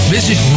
Visit